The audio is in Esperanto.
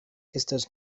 estas